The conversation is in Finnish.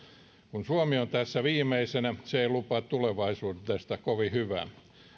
kun suomi on tässä viimeisenä se ei lupaa tulevaisuudelle kovin hyvää